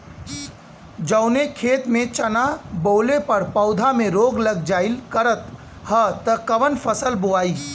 जवने खेत में चना बोअले पर पौधा में रोग लग जाईल करत ह त कवन फसल बोआई?